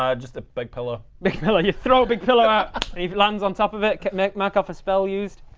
um just a big pillow big pillow you throw a big pillow out he lands on top of it. mark mark off a spell used.